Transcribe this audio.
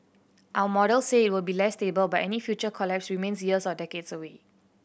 our models say it will be less stable but any future collapse remains years or decades away